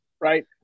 right